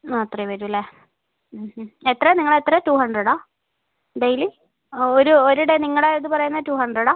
ആ അത്രയും വരുമല്ലേ എത്രയാണ് നിങ്ങളെത്രയാണ് ടു ഹൺഡ്രഡ് ആണോ ഡെയ്ലി ഒരു ഒരു ഡേ നിങ്ങളുടെ ഇത് പറയുന്നത് ടു ഹൺഡ്രഡ് ആണോ